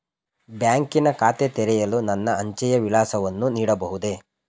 ಬ್ಯಾಂಕಿನ ಖಾತೆ ತೆರೆಯಲು ನನ್ನ ಅಂಚೆಯ ವಿಳಾಸವನ್ನು ನೀಡಬಹುದೇ?